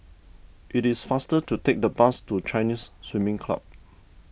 it is faster to take the bus to Chinese Swimming Club